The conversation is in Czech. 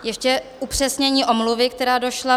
Ještě upřesnění omluvy, která došla.